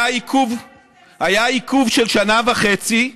היה עיכוב של שנה וחצי.